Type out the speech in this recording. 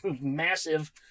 massive